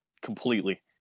Completely